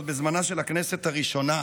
עוד בזמנה של הכנסת הראשונה,